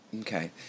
Okay